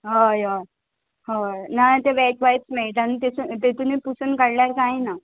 हय हय हय नाजाल्यार तें वेटवायप्स मेळटा आनी तेतून पुसून काडल्यार कांय ना